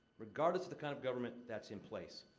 regardless of the kind of government that's in place.